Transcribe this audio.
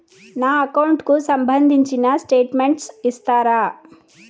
నా అకౌంట్ కు సంబంధించిన స్టేట్మెంట్స్ ఇస్తారా